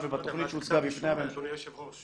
ובתכנית שהוצגה בפני --- אדוני היושב-ראש,